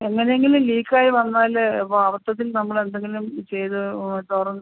എങ്ങനെയെങ്കിലും ലീക്കായി വന്നാൽ വാ മൊത്തത്തിൽ നമ്മളെന്തെങ്കിലും ചെയ്ത് ഓ തുറന്ന്